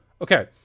Okay